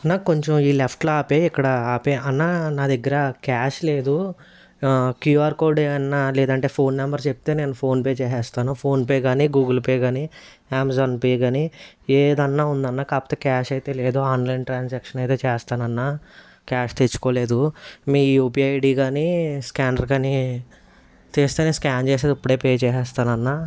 అన్న కొంచెం ఈ లెఫ్ట్లో ఆపేయి ఇక్కడ ఆపేయి అన్నా నా దగ్గర క్యాష్ లేదు క్యూఆర్ కోడ్ ఏదన్న లేదంటే ఫోన్ నెంబర్ చెప్తే నేను ఫోన్ పే చేసేస్తాను ఫోన్ పే గానీ గూగుల్ పే గానీ అమెజాన్ పే గానీ ఏదన్నా ఉందన్న కాకపోతే క్యాష్ అయితే లేదు ఆన్లైన్ ట్రాన్సాక్షన్ అయితే చేస్తానన్నా క్యాష్ తెచ్చుకోలేదు మీ యూపిఐడి గానీ స్క్యానర్ కానీ తీస్తే నేన్ స్క్యాన్ చేసి అది ఇప్పుడే పే చేసేస్తానన్న